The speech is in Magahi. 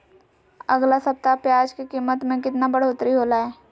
अगला सप्ताह प्याज के कीमत में कितना बढ़ोतरी होलाय?